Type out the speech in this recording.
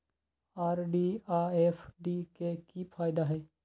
RD आ FD के कि फायदा हई?